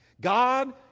God